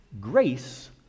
grace